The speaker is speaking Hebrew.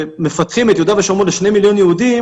מפתחים את יהודה ושומרון ל-2 מיליון יהודים